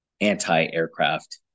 anti-aircraft